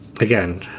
again